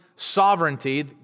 sovereignty